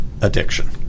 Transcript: addiction